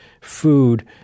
food